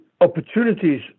opportunities